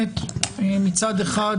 מצד אחד,